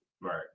Right